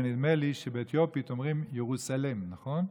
ונדמה לי שבאתיופית אומרים "ירוסלם", נכון?